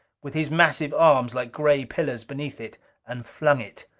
with his massive arms like gray pillars beneath it and flung it.